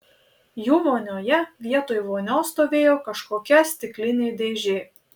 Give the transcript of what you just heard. jų vonioje vietoj vonios stovėjo kažkokia stiklinė dėžė